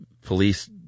police